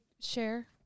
share